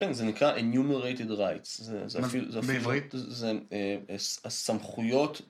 כן, זה נקרא enumerated rights, בעברית זה הסמכויות